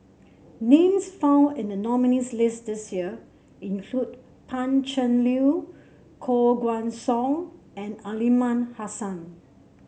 names found in the nominees' list this year include Pan Cheng Lui Koh Guan Song and Aliman Hassan